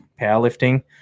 powerlifting